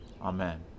Amen